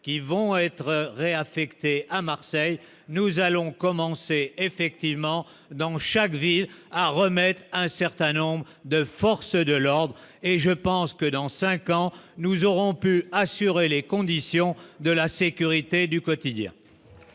qui vont être réaffectés à Marseille, nous allons commencer effectivement dans chaque ville à remettre un certain nombre de forces de l'ordre et je pense que dans 5 ans nous aurons peut assurer les conditions de la sécurité du quotidien.